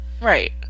right